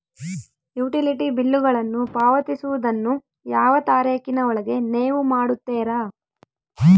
Utility ಬಿಲ್ಲುಗಳನ್ನು ಪಾವತಿಸುವದನ್ನು ಯಾವ ತಾರೇಖಿನ ಒಳಗೆ ನೇವು ಮಾಡುತ್ತೇರಾ?